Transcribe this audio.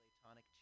platonic